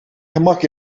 gemak